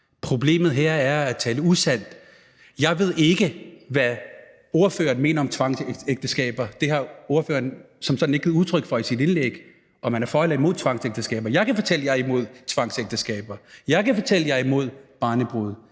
Problemet her er at tale usandt. Jeg ved ikke, hvad ordføreren mener om tvangsægteskaber. Ordføreren har som sådan ikke givet udtryk for i sit indlæg, om man er for eller imod tvangsægteskaber. Jeg kan fortælle, at jeg er imod tvangsægteskaber. Jeg kan fortælle, at jeg er imod barnebrude,